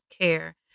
care